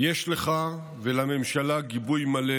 יש לך ולממשלה גיבוי מלא